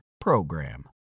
PROGRAM